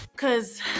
Cause